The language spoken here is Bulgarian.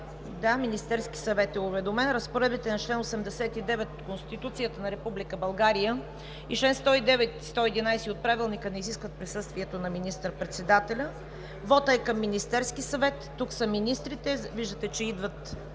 Да, Министерският съвет е уведомен. Разпоредбите на чл. 89 от Конституцията на Република България и чл. 109 и чл. 111 от Правилника не изискват присъствието на министър-председателя. Вотът е към Министерския съвет. Тук са министрите. Виждате, че идват